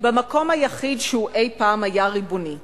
במקום היחיד שהוא אי-פעם היה ריבוני בו.